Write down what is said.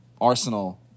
arsenal